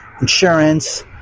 insurance